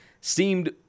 seemed